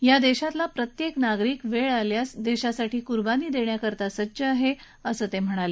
या देशातील प्रत्येक नागरीक वेळ आली तर देशासाठी कुर्बानी देण्याकरीता सज्ज आहे असं ते म्हणाले